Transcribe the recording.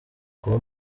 kuba